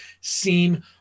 seem